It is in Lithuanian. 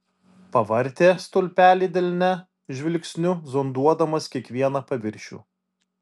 pavartė stulpelį delne žvilgsniu zonduodamas kiekvieną paviršių